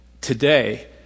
today